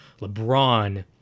LeBron